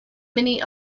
many